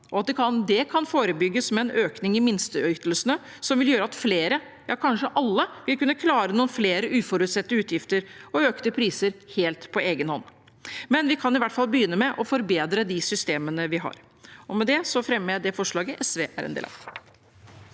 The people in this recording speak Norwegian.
det kan forebygges med en økning i minsteytelsene, som vil gjøre at flere, kanskje alle, vil kunne klare noen flere uforutsette utgifter og økte priser helt på egen hånd, men vi kan i hvert fall begynne med å forbedre de systemene vi har. Med det fremmer jeg det forslaget SV er en del av.